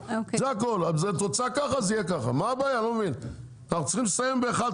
לראות איך אנחנו מסייעים לרשויות להיכנס